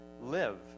live